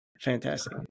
Fantastic